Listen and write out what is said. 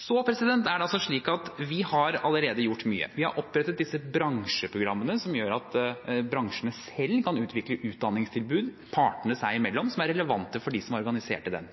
Så er det altså slik at vi allerede har gjort mye. Vi har opprettet disse bransjeprogrammene som gjør at bransjene selv kan utvikle utdanningstilbud, partene seg imellom, som er relevante for dem som er organisert i dem.